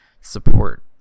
support